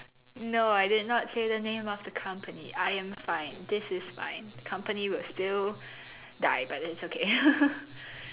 no I did not say the name of the company I am fine this is fine company will still die but it's okay